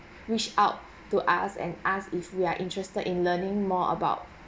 reach out to us and asked if we're interested in learning more about